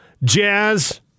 Jazz